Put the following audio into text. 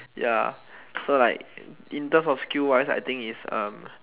ya so like in terms of skills wise I think is um